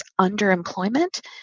underemployment